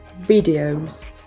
videos